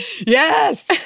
yes